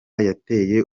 yateye